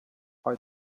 are